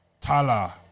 Tala